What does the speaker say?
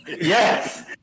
Yes